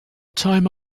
time